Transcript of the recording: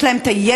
יש להם הידע,